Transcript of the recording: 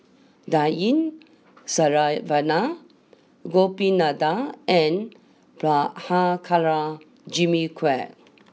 Dan Ying Saravanan Gopinathan and Prabhakara Jimmy Quek